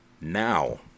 Now